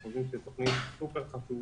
אנחנו חושבים שזו תוכנית סופר חשובה,